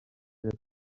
les